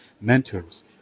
mentors